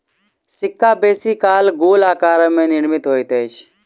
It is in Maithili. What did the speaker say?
सिक्का बेसी काल गोल आकार में निर्मित होइत अछि